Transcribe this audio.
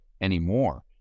anymore